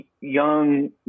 young